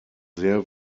sehr